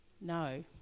No